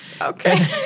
Okay